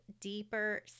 Deeper